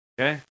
Okay